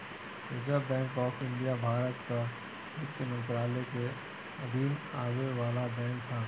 reserve bank of India Bharat कअ वित्त मंत्रालय के अधीन आवे वाला बैंक हअ